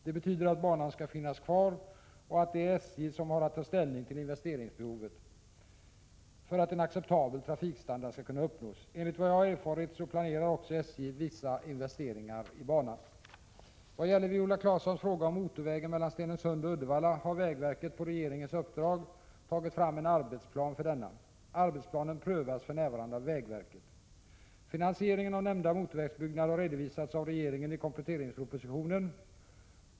Det betyder att banan skall finnas kvar och att det är SJ som har att ta ställning till investeringsbehovet för att en acceptabel trafikstandard skall kunna uppnås. Enligt vad jag har erfarit planerar också SJ vissa investeringar i banan. Vad gäller Viola Claessons fråga om motorvägen mellan Stenungsund och Uddevalla har vägverket på regeringens uppdrag tagit fram en arbetsplan för denna. Arbetsplanen prövas för närvarande av vägverket. Finansieringen av nämnda motorvägsutbyggnad har redovisats av regeringen i kompletteringspropositionen .